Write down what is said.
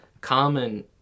common